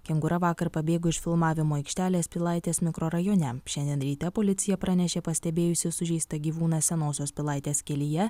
kengūra vakar pabėgo iš filmavimo aikštelės pilaitės mikrorajone šiandien ryte policija pranešė pastebėjusi sužeistą gyvūną senosios pilaitės kelyje